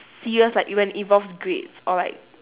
serious like when it involves grades or like